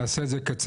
אני אעשה את זה קצר.